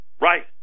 Right